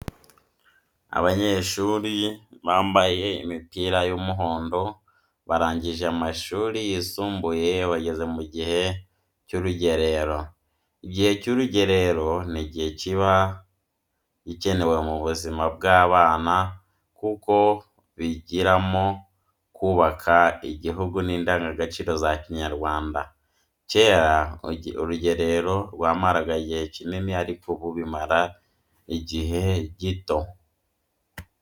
Abanyeshuri bambaye imipira y'umuhondo barangije amashuri y'isumbuye bageze mu gihe cy'urugerero, igihe cy'urugerero ni igihe kiba gikenewe ku buzima bw'abana kuko bigiramo kubaka igihugu n'indangagaciro za Kinyarwanda. Kera urugerero rwamaraga igihe kinini ariko ubu bimara igihe gito.